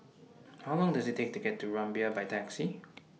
How Long Does IT Take to get to Rumbia By Taxi